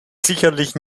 sicherlich